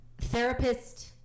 therapist